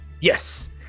Yes